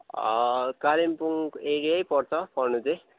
कालिम्पोङ एरियै पर्छ पर्नु चाहिँ